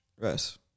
Yes